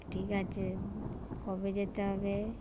ঠিক আছে কবে যেতে হবে